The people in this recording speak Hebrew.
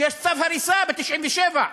שיש צו הריסה מ-1997,